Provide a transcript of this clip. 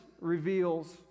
reveals